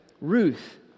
Ruth